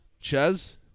Chez